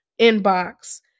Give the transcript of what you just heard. inbox